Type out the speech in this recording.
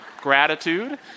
gratitude